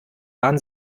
waren